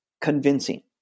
convincing